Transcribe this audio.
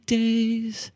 days